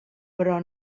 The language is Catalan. però